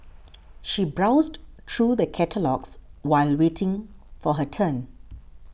she browsed through the catalogues while waiting for her turn